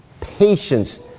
patience